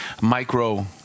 micro